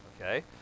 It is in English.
okay